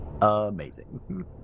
Amazing